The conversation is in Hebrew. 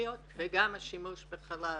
הביולוגיות וגם את השימוש בחלב.